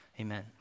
amen